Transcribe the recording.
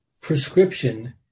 prescription